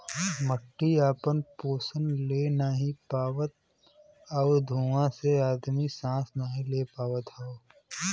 मट्टी आपन पोसन ले नाहीं पावत आउर धुँआ से आदमी सांस नाही ले पावत हौ